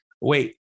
Wait